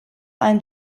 ein